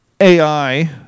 AI